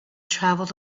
traveled